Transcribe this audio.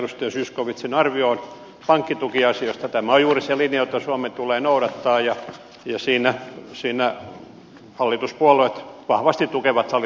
tämä on juuri se linja jota suomen tulee noudattaa ja siinä hallituspuolueet vahvasti tukevat hallituksen linjaa